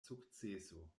sukceso